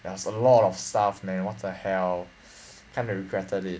ya it was a lot of stuff man what the hell kind of regretted it